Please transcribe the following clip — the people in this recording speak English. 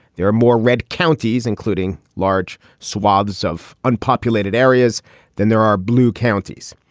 there are more red counties, including large swaths of unpopulated areas than there are blue counties.